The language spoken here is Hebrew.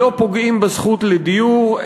לא פוגעים בזכות לדיור,